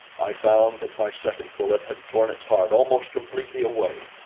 i found that my second bullet had torn its heart almost completely away,